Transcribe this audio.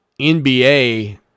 NBA